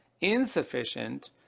insufficient